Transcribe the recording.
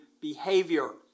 behavior